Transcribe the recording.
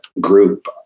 group